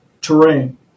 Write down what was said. terrain